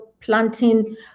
planting